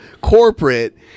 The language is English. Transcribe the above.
corporate